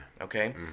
Okay